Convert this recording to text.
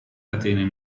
catene